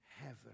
heaven